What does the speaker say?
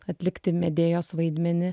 atlikti medėjos vaidmenį